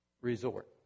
resort